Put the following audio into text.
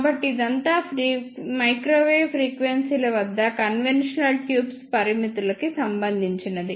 కాబట్టిఇదంతా microwave ఫ్రీక్వెన్సీల వద్ద conventional tubes పరిమితుల కి సంబందించినది